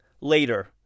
later